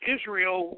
Israel